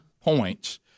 points